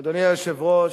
אדוני היושב-ראש,